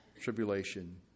tribulation